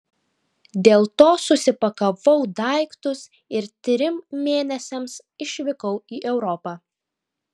dėl to susipakavau daiktus ir trim mėnesiams išvykau į europą